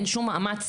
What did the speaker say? אין שום מאמץ.